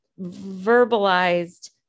verbalized